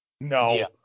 No